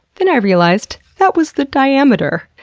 then i realized that was the diameter.